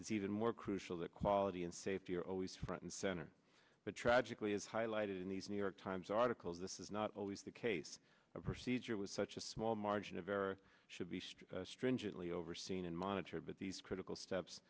is even more crucial that quality and safety are always front and center but tragically as highlighted in these new york times articles this is not always the case a procedure was such a small margin of error should be stripped stringently overseen and monitored but these critical steps